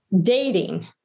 dating